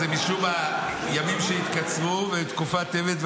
זה משום הימים שהתקצרו ותקופת טבת,